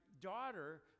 daughter